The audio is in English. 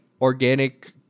organic